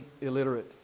illiterate